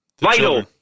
Vital